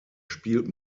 spielt